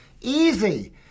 Easy